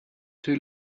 too